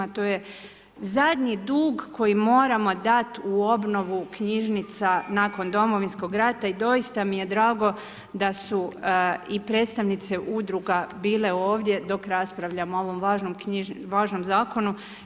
To je zadnji dug koji moramo dati u obnovu knjižnica nakon Domovinskog rata i doista mi je drago da su i predstavnice udruga bile ovdje dok raspravljamo o ovom važnom zakonu.